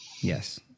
Yes